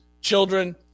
children